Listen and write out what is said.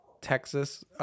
Texas